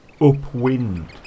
upwind